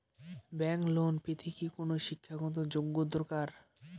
Bank loan পেতে কি কোনো শিক্ষা গত যোগ্য দরকার?